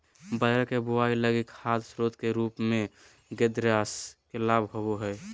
बाजरा के बुआई लगी खाद स्रोत के रूप में ग्रेदास के लाभ होबो हइ